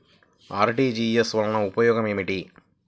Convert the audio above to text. RTGS వలన ఉపయోగం ఏమిటీ?